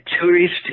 tourist